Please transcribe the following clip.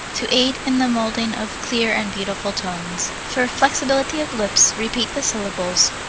to aid in the moulding of clear and beautiful tones. for flexibility of lips repeat the syllables,